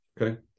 Okay